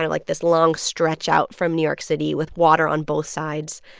like, this long stretch out from new york city with water on both sides.